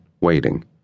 waiting